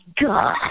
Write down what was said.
God